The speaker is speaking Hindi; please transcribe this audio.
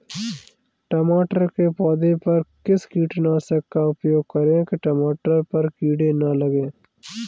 टमाटर के पौधे में किस कीटनाशक का उपयोग करें कि टमाटर पर कीड़े न लगें?